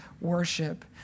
worship